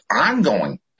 ongoing